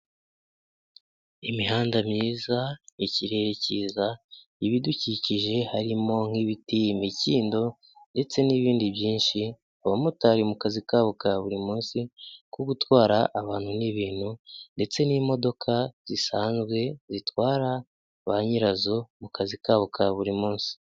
Imihanda myiza, ikirere cyiza, ibidukikije harimo nk'ibiti, imikindo ndetse n'ibindi byinshi. Abamotari mu kazi kabo ka buri munsi ko gutwara abantu n'ibintu, ndetse n'imodoka zisanzwe zitwara ba nyirazo mu kazi kabo ka buri munsi.